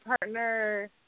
partner